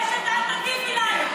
אל תטיפי לנו.